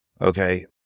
Okay